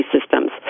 systems